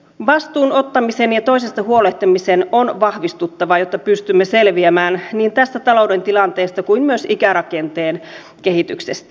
vastuun ottamisen ja toisesta huolehtimisen on vahvistuttava jotta pystymme selviämään niin tästä talouden tilanteesta kuin myös ikärakenteen kehityksestä